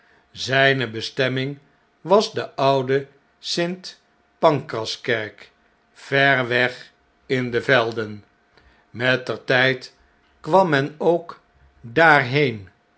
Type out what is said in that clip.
zigne bestemming was de oude st pancraskerk ver weg in de velden mettertijd kwam men ook daarheen